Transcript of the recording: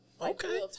Okay